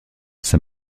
ça